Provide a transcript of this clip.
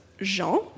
Jean